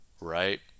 Right